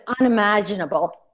unimaginable